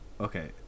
Okay